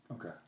Okay